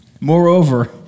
Moreover